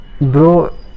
Bro